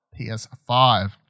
PS5